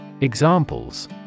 Examples